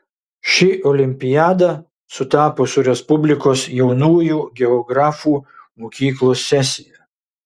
ši olimpiada sutapo su respublikos jaunųjų geografų mokyklos sesija